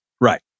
Right